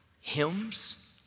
hymns